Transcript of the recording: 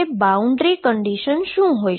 boundary condition શું હોઈ શકે